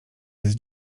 jest